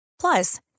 Plus